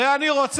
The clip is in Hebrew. הרי אני רוצה,